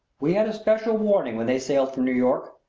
we had a special warning when they sailed from new york,